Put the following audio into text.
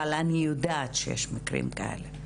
אבל אני יודעת שיש מקרים כאלה.